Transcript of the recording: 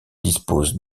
dispose